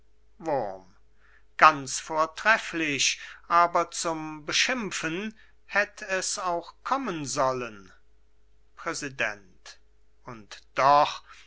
ganz vortrefflich aber zum beschimpfen hätt es auch kommen sollen präsident und doch wenn